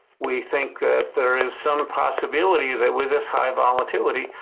we think that there is some possibility that with this high volatility,